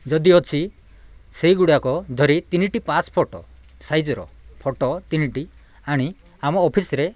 ଯଦି ଅଛି ସେହିଗୁଡ଼ାକ ଧରି ତିନିଟି ପାସ୍ ଫଟୋ ସାଇଜ୍ର ଫଟୋ ତିନିଟି ଆଣି ଆମ ଅଫିସ୍ରେ